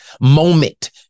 moment